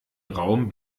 raum